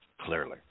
clearly